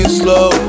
slow